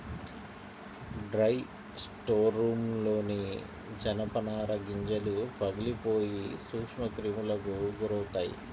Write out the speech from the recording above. dry స్టోర్రూమ్లోని జనపనార గింజలు పగిలిపోయి సూక్ష్మక్రిములకు గురవుతాయి